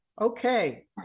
Okay